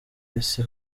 isi